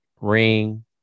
Ring